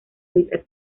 evitar